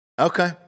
Okay